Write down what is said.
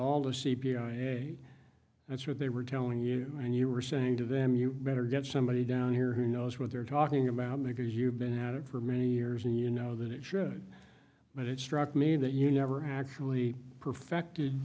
all the c b i aid that's what they were telling you and you were saying to them you better get somebody down here who knows what they're talking about because you've been at it for many years and you know that it should but it struck me that you never actually perfected